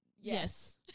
Yes